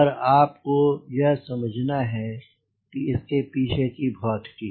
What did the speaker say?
पर आप को यह समझाना है कि इस के पीछे की भौतिकी